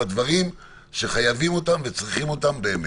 בדברים שחייבים אותם וצריכים אותם באמת.